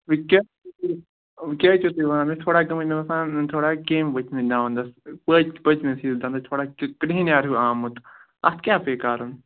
وۄنۍ کیاہ وۄنۍ کیاہ حظ چھُو تُہۍ وَنان مےٚ حظ چھِ تھوڑا گٔمٕتۍ مےٚ باسان تھوڑا کیٚمۍ ؤتھمٕتۍ دَندَس پٔتۍ پٔتمِس حصس دَندَس تھوڑا کریہنیار ہیو آمُت اَتھ کیاہ پیٚیہِ کَرُن